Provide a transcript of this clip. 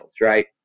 right